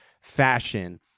fashion